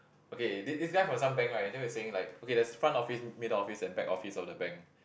okay this this guy from some bank right then were saying like okay there's front office middle office and back office of the bank